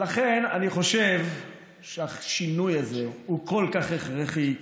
ולכן אני חושב שהשינוי הזה הוא כל כך הכרחי,